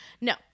No